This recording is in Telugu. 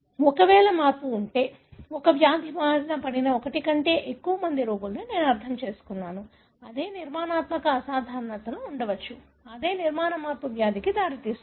ఒకవేళ మార్పు ఉంటే ఒకే వ్యాధి బారిన పడిన ఒకటి కంటే ఎక్కువ మంది రోగులను నేను అర్థం చేసుకున్నాను అదే నిర్మాణాత్మక అసాధారణతలు ఉండవచ్చు అదే నిర్మాణ మార్పు వ్యాధికి దారితీస్తుంది